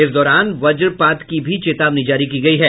इस दौरान वज्रपात की भी चेतावनी जारी की गयी है